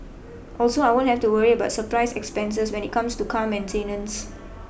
also I won't have to worry about surprise expenses when it comes to car maintenance